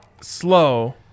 slow